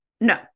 No